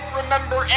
remember